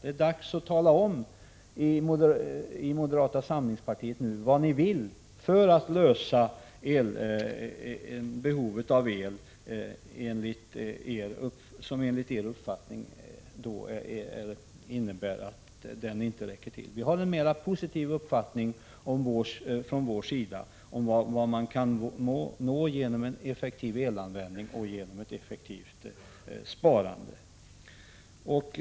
Det är nu dags att ni i moderata samlingspartiet talar om vad ni vill göra för att lösa behovet av elektricitet, som enligt er uppfattning inte räcker till. Vi har en mera positiv uppfattning från vår sida om vart man kan nå genom en effektiv elanvändning och genom ett effektivt sparande.